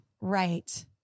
Right